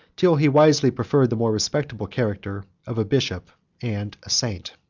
till he wisely preferred the more respectable character of a bishop and a saint.